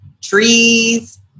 trees